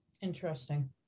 Interesting